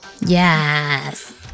Yes